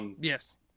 Yes